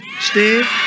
Steve